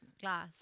glass